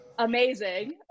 Amazing